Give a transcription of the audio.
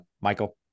Michael